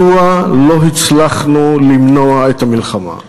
מדוע לא הצלחנו למנוע את המלחמה?